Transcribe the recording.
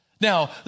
Now